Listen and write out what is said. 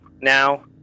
now